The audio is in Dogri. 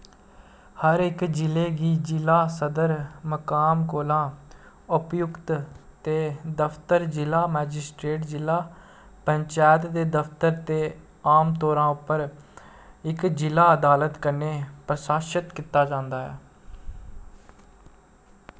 हर इक जिले गी जिला सदर मकाम कोला उपयुक्त ते दफतर जि'ला मजिस्ट्रेट जिला पंचैत दे दफतर ते आमतौरा उप्पर इक जिला अदालत कन्नै प्रशासत कीता जंदा ऐ